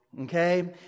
Okay